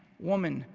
woman,